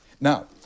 Now